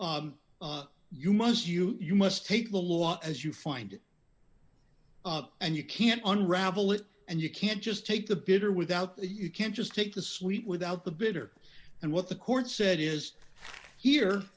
claims you must you you must take the law as you find it and you can't unreliable it and you can't just take the bitter without the you can't just take the sweet without the bitter and what the court said is here